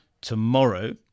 tomorrow